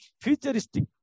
futuristic